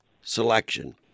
selection